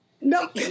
Nope